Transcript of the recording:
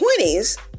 20s